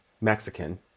Mexican